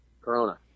Corona